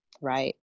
Right